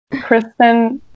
Kristen